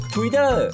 Twitter